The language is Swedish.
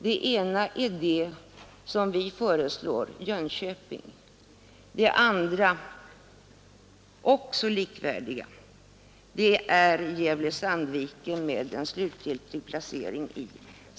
Det ena är det alternativ som vi föreslår, Jönköping, det andra likvärdiga alternativet är Gävle—-Sandviken med Sandviken som slutlig placeringsort.